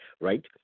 right